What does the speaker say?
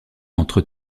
entre